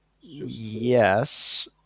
Yes